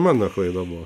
mano klaida buvo